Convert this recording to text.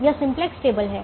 यह simplex table है